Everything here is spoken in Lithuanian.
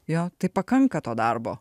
jo tai pakanka to darbo